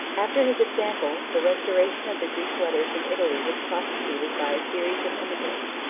after his example, the restoration of the greek letters in italy was prosecuted by a series of emigrants,